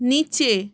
নিচে